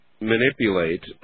manipulate